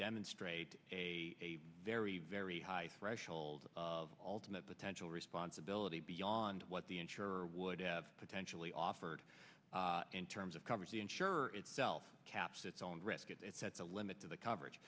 demonstrate a very very high threshold of ultimate potential responsibility beyond what the insurer would have potentially offered in terms of coverage the insurer itself caps its own risk it sets a limit to the coverage